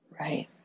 Right